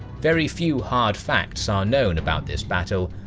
very few hard facts are known about this battle,